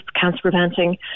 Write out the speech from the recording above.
cancer-preventing